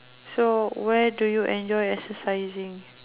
so where do you enjoy exercising